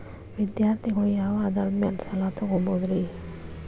ವಿದ್ಯಾರ್ಥಿಗಳು ಯಾವ ಆಧಾರದ ಮ್ಯಾಲ ಸಾಲ ತಗೋಬೋದ್ರಿ?